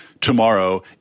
Tomorrow